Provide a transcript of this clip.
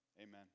Amen